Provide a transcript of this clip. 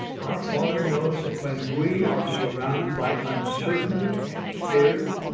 our father knows that when we are surrounded by uncertainty and fear,